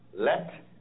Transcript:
Let